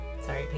Sorry